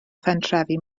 phentrefi